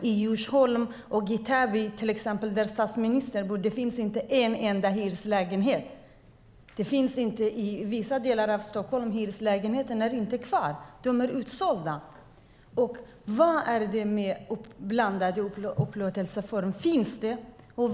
I Djursholm och i Täby, där statsministern bodde, finns det inte en enda hyreslägenhet. I vissa delar av Stockholm finns inte hyreslägenheterna kvar - de är utsålda. Var finns det blandade upplåtelseformer?